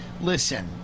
listen